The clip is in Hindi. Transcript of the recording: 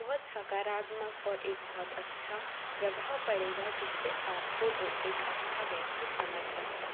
बहुत सकारात्मक और एक बहुत अच्छा प्रभाव पड़ेगा जिससे आपको वह एक अच्छा व्यक्ति समझ सकता